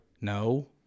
No